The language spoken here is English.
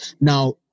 Now